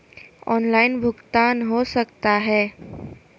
Online भुगतान हो सकता है?